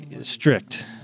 strict